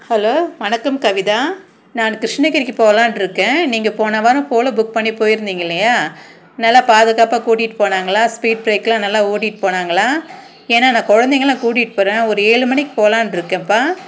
hello வணக்கம் கவிதா நான் கிருஷ்ணகிரிக்கு போலான்னு இருக்கேன் நீங்கள் போன வாரம் ஓலா புக் பண்ணி போயிருந்தீங்க இல்லையா நல்லா பாதுகாப்பாக கூட்டிகிட்டு போனாங்களா ஸ்பீட் ப்ரேக்லாம் நல்லா ஓட்டிகிட்டு போனாங்களா ஏன்னா நான் குழந்தைங்கள்லாம் கூட்டிகிட்டு போகிறேன் ஒரு ஏழு மணிக்கு போலான்னு இருக்கேன்பா